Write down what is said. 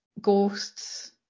ghosts